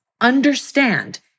understand